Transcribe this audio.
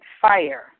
fire